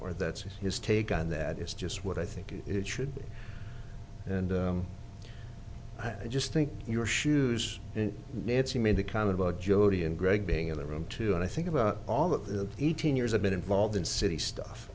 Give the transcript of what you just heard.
or that's his take on that is just what i think it should be and i just think your shoes and nancy made the comment about jodie and greg being in the room too and i think about all of the eighteen years i've been involved in city